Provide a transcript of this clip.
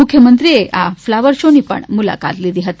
મુખ્યમંત્રીએ આ ફલાવર શોની પણ મુલાકાત લીધી હતી